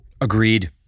agreed